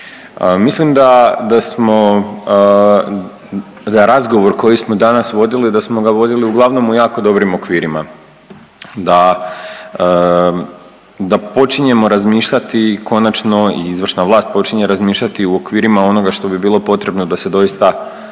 smo, da razgovor koji smo danas vodili da smo ga vodili uglavnom u jako dobrim okvirima. Da počinjemo razmišljati konačno i izvršna vlast počinje razmišljati u okvirima onoga što bi bilo potrebno da se doista naša